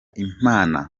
imana